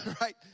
right